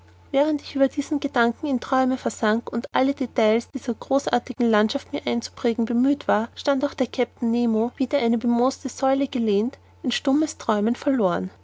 während ich über diesen gedanken in träume versank und alle details dieser großartigen landschaft mir einzuprägen bemüht war stand auch der kapitän nemo wider eine bemooste säule gelehnt in stummes träumen verloren